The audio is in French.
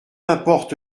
importe